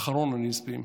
אחרון הנספים,